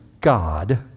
God